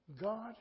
God